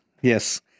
Yes